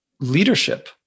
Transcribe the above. leadership